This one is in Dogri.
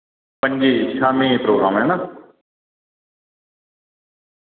पंजी शाम्मी प्रोग्राम ऐ ना